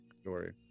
story